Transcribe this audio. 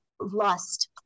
lust